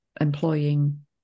employing